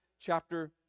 chapter